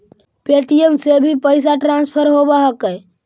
Paytm से भी पैसा ट्रांसफर होवहकै?